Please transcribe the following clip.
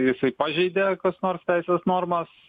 jisai pažeidė kokias nors teisės normas